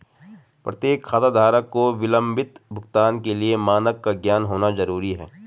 प्रत्येक खाताधारक को विलंबित भुगतान के लिए मानक का ज्ञान होना जरूरी है